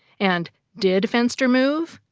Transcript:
and did fenster move?